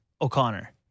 O'Connor